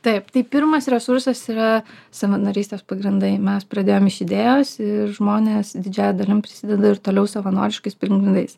taip tai pirmas resursas yra savanorystės pagrindai mes pradėjom iš idėjos ir žmonės didžiąja dalim susideda ir toliau savanoriškais pagrindais